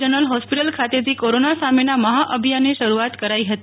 general hospital ખાતેથી corona સામેના મહા અભિયાનની શરૂઆત કરાઈ હતી